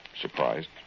surprised